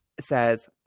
says